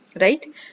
right